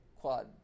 quad